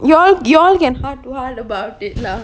you all you all can hard to heard about it lah